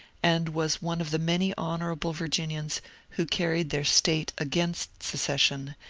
and was one of the many honourable virginians who carried their state against secession,